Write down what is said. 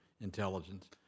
intelligence